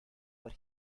but